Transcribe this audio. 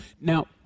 Now